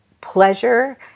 pleasure